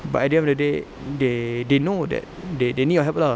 but at the end of the day they they know that they they need your help lah